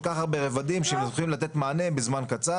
כך שישי כל כך הרבה רבדים שיכולים לתת מענה בזמן קצר.